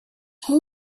who